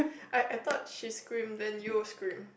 I I thought she scream then you will scream